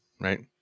right